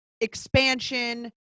expansion